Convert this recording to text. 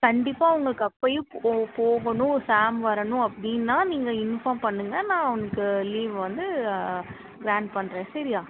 கண்டிப்பாக உங்களுக்கு அப்பையும் போ போகணும் ஷாம் வரணும் அப்படின்னா நீங்கள் இன்ஃபார்ம் பண்ணுங்க நான் அவனுக்கு லீவ் வந்து வேன் பண்ணுறேன் சரியா